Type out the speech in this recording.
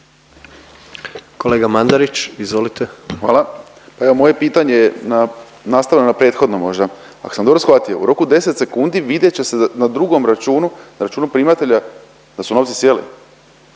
**Mandarić, Marin (HDZ)** Hvala. Pa evo moje pitanje je nastavno na prethodno možda. Ak sam dobro shvatio, u roku 10 sekundi vidjet će se na drugom računu, računu primatelja da su novci sjeli,